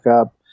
up